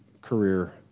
career